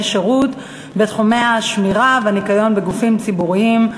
שירות בתחומי השמירה והניקיון בגופים ציבוריים,